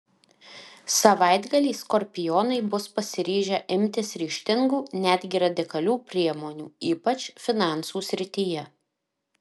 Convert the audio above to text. savaitgalį skorpionai bus pasiryžę imtis ryžtingų netgi radikalių priemonių ypač finansų srityje